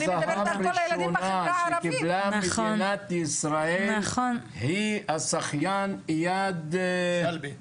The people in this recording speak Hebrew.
מדליית זהב ראשונה קיבלה מדינת ישראל מהשחיין איהד שלבי משפרעם.